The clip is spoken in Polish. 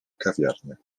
kawiarnia